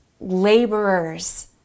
laborers